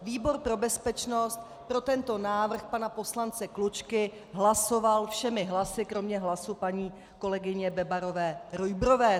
Výbor pro bezpečnost pro tento návrh pana poslance Klučky hlasoval všemi hlasy kromě hlasu paní kolegyně Bebarové Rujbrové.